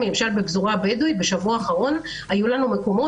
בפזורה הבדואית היו לנו בשבוע האחרון מקומות